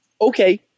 okay